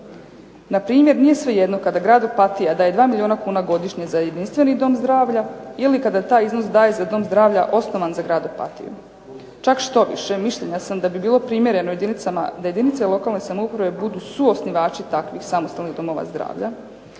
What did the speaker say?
Npr. nije svejedno kada grad Opatija daje 2 milijuna kuna godišnje za jedinstveni dom zdravlja ili kada taj iznos daje za dom zdravlja osnovan za grad Opatiju. Čak štoviše, mišljenja sam da bi bilo primjereno da jedinice lokalne samouprave budu suosnivači takvih samostalnih domova zdravlja.